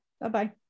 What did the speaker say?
Bye-bye